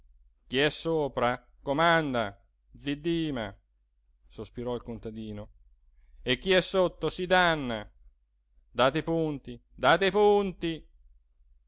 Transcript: chi è sopra comanda zi dima sospirò il contadino e chi è sotto si danna date i punti date i punti